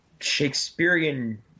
Shakespearean